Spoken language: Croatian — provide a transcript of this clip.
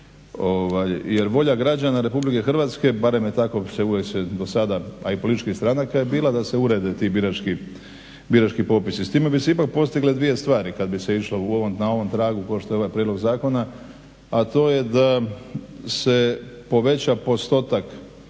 jer volja građane Republike Hrvatske, barem je tako do sada a i političkih stranaka je bila, da se urede ti birački popisi. S time bi se ipak postigle dvije stvari kad bi se išlo na ovom tragu kao što je ovaj prijedlog zakona, a to je da se poveća postotak